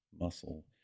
muscle